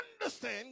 understand